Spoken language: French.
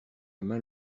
mains